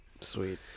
sweet